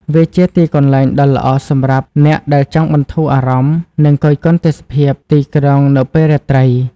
វាជាទីកន្លែងដ៏ល្អសម្រាប់អ្នកដែលចង់បន្ធូរអារម្មណ៍ និងគយគន់ទេសភាពទីក្រុងនៅពេលរាត្រី។